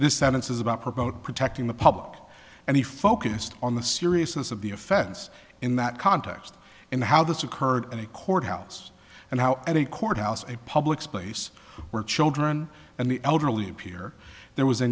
this sentence is about promote protecting the public and he focused on the seriousness of the offense in that context and how this occurred in a courthouse and how at a courthouse a public space where children and the elderly appear there was a